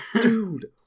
Dude